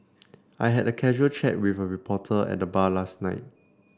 I had a casual chat with a reporter at the bar last night